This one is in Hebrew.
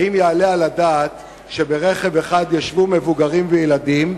האם יעלה על הדעת שברכב אחד ישבו מבוגרים וילדים,